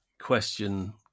question